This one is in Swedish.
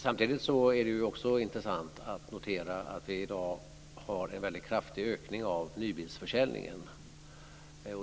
Samtidigt är det också intressant att notera att vi i dag har en mycket kraftig ökning av nybilsförsäljningen.